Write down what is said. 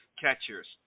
Catchers